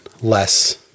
less